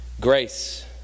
grace